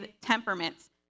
temperaments